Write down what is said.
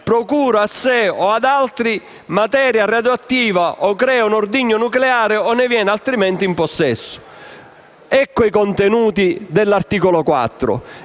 procura a sé o ad altri materia radio-attiva, crea un ordigno nucleare o ne viene altrimenti in possesso. Questi sono i contenuti dell'articolo 4.